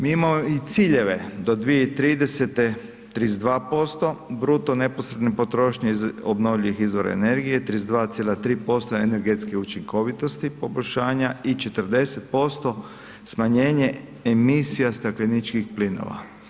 Mi imamo i ciljeve do 2030. 32% bruto neposredne potrošnje iz obnovljivih izvora energije, 32,3% energetske učinkovitosti poboljšanja i 40% smanjenje emisija stakleničkih plinova.